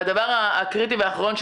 והדבר הקריטי והאחרון,